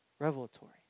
revelatory